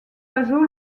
pajot